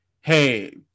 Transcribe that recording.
hey